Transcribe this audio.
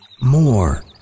more